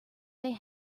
they